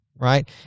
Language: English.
right